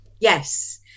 Yes